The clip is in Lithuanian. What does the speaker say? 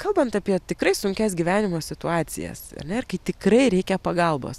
kalbant apie tikrai sunkias gyvenimo situacijas ar ne ir kai tikrai reikia pagalbos